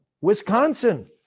Wisconsin